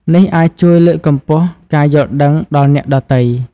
នេះអាចជួយលើកកម្ពស់ការយល់ដឹងដល់អ្នកដទៃ។